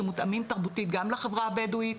שמותאמים תרבותית גם לחברה הבדואית,